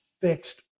fixed